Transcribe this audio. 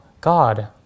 God